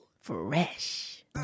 fresh